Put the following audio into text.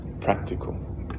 practical